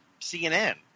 CNN